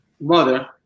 mother